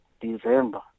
December